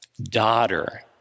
Daughter